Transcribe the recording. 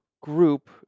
group